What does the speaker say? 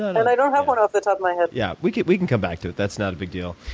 and i don't have one off the top of my head. yeah we can we can come back to it. that's not a big deal.